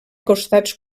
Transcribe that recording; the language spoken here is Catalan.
costats